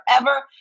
forever